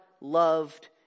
loved